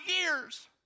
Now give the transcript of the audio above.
years